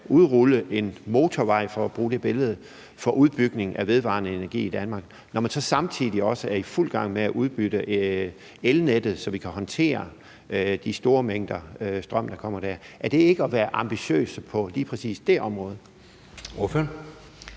at bruge det billede, for udbygning af vedvarende energi i Danmark – og når man så samtidig også er i fuld gang med at udbygge elnettet, så vi kan håndtere de store mængder af strøm, der kommer der. Er det ikke at være ambitiøs på lige præcis det område?